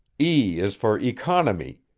e is for economy,